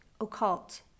occult